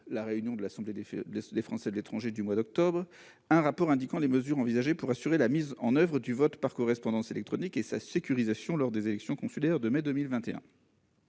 la réunion de l'AFE qui aura lieu au mois d'octobre, un rapport indiquant les mesures envisagées pour assurer la mise en oeuvre du vote par correspondance électronique et sa sécurisation lors des élections consulaires de mai 2021.